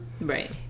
right